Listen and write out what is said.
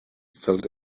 felt